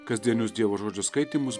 kasdienius dievo žodžio skaitymus